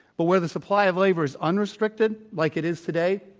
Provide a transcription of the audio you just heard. but where the supply of labor is unrestricted like it is today,